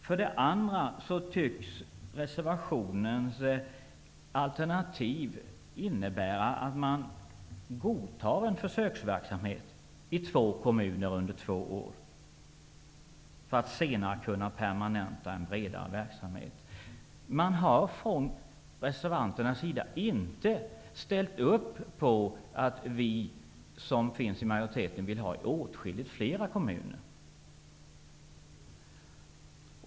För det andra tycks reservationens alternativ innebära att man godtar en försöksverksamhet i två kommuner under två år för att senare kunna permanenta en bredare verksamhet. Från reservanternas sida har man inte ställt upp på att majoriteten vill ha verksamhet i åtskilligt flera kommuner.